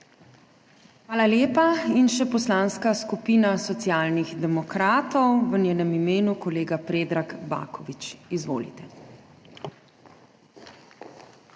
Hvala lepa. In še Poslanska skupina Socialnih demokratov, v njenem imenu kolega Predrag Baković. Izvolite.